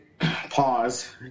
pause